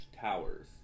Towers